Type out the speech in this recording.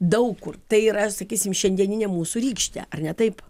daug kur tai yra sakysim šiandieninė mūsų rykštė ar ne taip